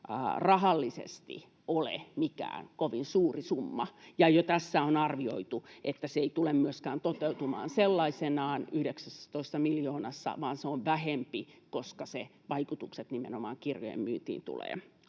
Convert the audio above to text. rahallisesti ole mikään kovin suuri summa. Ja jo tässä on arvioitu, että se ei tule myöskään toteutumaan sellaisenaan 19 miljoonassa, vaan se on vähempi, koska sen vaikutuksesta nimenomaan kirjojen myynti tulee